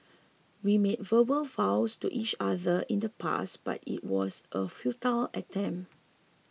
we made verbal vows to each other in the past but it was a futile attempt